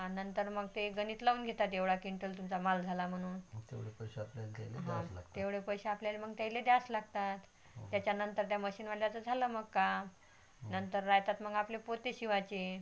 आणि नंतर मग ते गणित लावून घेतात जेवढा क्विंटल तुमचा माल झाला म्हणून हां तेवढे पैसे आपल्याला मग त्यांना द्यावे लागतात त्याच्यानंतर त्या मशीनवाल्याचं झालं मग काम नंतर राहातात मग आपली पोती शिवायची